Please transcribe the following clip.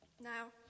Now